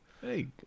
hey